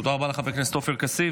תודה רבה לחבר הכנסת עופר כסיף.